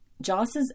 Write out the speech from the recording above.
Joss's